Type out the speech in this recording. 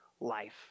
life